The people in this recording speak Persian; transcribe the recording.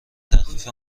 تخفیف